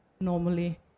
normally